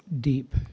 deep